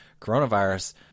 coronavirus